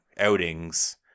outings